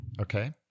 Okay